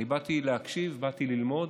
אני באתי להקשיב, באתי ללמוד.